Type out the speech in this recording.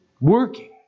working